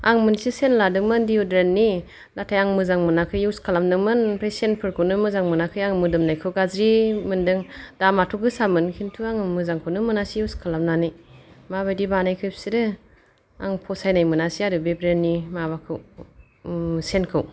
आं मोनसे सेन लादोंमोन दिय'ड्रेन्ड नाथाय आं मोजां मोनाखै इउज खालामदोंमोन ओमफ्राय सेनफोरखौनो मोजां मोनाखै आं मोदोमनायखौ गाज्रि मोनदों दामाथ' गोसामोन खिन्थु आङो मोजांखौनो मोनासै इउज खालामनानै माबायदि बानायखो बिसोरो आं फसायनाय मोनासै आरो बे ब्रेन्डनि माबाखौ सेनखौ